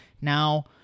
now